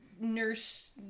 nurse